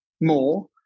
more